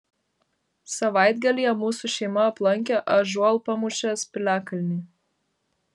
savaitgalyje mūsų šeima aplankė ąžuolpamūšės piliakalnį